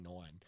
nine